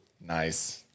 nice